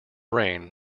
rain